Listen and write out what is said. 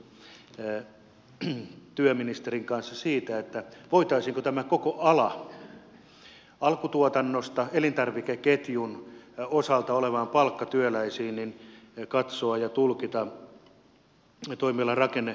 ollaanko keskusteltu työministerin kanssa siitä voitaisiinko tämä koko ala alkutuotannosta elintarvikeketjun osalta oleviin palkkatyöläisiin katsoa ja tulkita toimialan rakennemuutosalueeksi